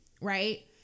right